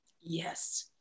Yes